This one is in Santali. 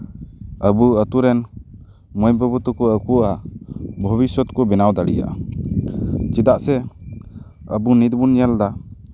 ᱟᱵᱚ ᱟᱹᱛᱩ ᱨᱮᱱ ᱢᱟᱹᱭ ᱵᱟᱹᱵᱩ ᱛᱟᱠᱚ ᱟᱠᱚᱣᱟᱜ ᱵᱷᱚᱵᱤᱥᱚᱛ ᱠᱚ ᱵᱮᱱᱟᱣ ᱫᱟᱲᱮᱭᱟᱜᱼᱟ ᱪᱮᱫᱟᱜ ᱥᱮ ᱟᱵᱚ ᱱᱤᱛ ᱵᱚᱱ ᱧᱮᱞ ᱮᱫᱟ